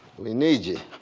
we need you.